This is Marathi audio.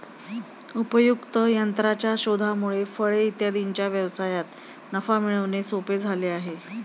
उपयुक्त यंत्राच्या शोधामुळे फळे इत्यादींच्या व्यवसायात नफा मिळवणे सोपे झाले आहे